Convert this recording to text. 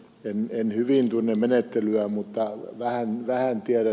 en hyvin tunne menettelyä mutta vähän tiedän